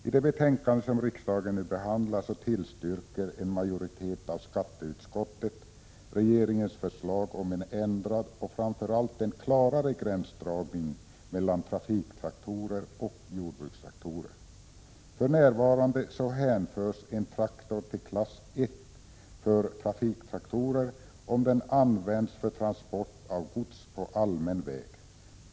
I det betänkande som riksdagen nu behandlar tillstyrker en majoritet av skatteutskottet regeringens förslag om en ändrad och framför allt klarare gränsdragning mellan trafiktraktorer och jordbrukstraktorer. För närvarande hänförs en traktor till klass I för trafiktraktorer om den används för transport av gods på allmän väg.